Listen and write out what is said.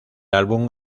álbum